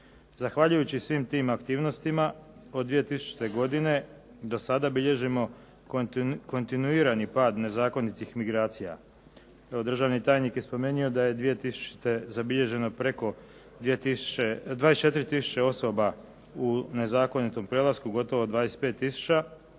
Zahvaljujući svim tim aktivnostima od 2000-te godine do sada bilježimo kontinuirani pad nezakonitih migracija. Državni tajnik je spomenuo da je 2000-te zabilježeno preko 24 tisuće osoba